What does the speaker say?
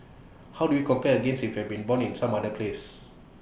how do we compare against if you had been born in some other place